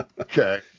okay